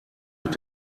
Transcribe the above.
mit